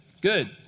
Good